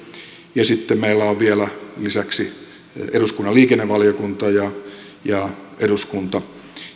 ja sitten meillä on vielä lisäksi eduskunnan liikennevaliokunta ja ja eduskunta